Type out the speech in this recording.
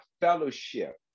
fellowship